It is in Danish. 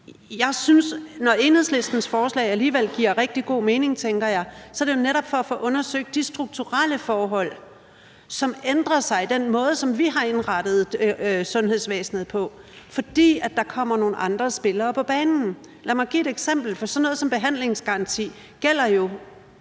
grundsætning. Når Enhedslistens forslag alligevel giver rigtig god mening, er det jo netop, tænker jeg, i forhold til at få undersøgt de strukturelle forhold, som ændrer sig i den måde, vi har indrettet sundhedsvæsenet på, fordi der kommer nogle andre spillere på banen. Lad mig give et eksempel. Sådan noget som behandlingsgaranti gælder jo